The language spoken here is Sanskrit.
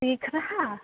एकः